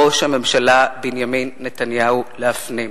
ראש הממשלה בנימין נתניהו להפנים?